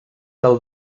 del